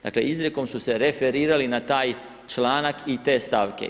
Dakle izrijekom su se referirali na taj članak i te svake.